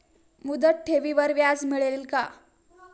मुदत ठेवीवर व्याज मिळेल का?